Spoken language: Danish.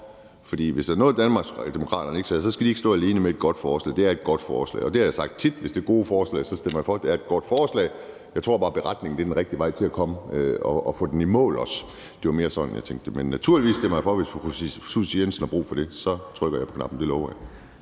For hvis der er noget, Danmarksdemokraterne ikke skal, så er det at stå alene med et godt forslag. Det er et godt forslag. Det har jeg sagt tit: at hvis det er gode forslag, stemmer jeg for, og det er et godt forslag. Jeg tror bare, beretningen er den rigtige vej for også at få det i mål. Det var mere sådan, jeg tænkte det. Men naturligvis stemmer jeg for, hvis fru Susie Jessen har brug for det. Så trykker jeg på knappen, det lover jeg.